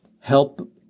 help